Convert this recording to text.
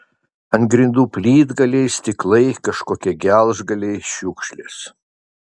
ant grindų plytgaliai stiklai kažkokie gelžgaliai šiukšlės